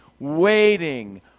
waiting